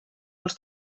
els